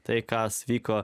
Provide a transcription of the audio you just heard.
tai kas vyko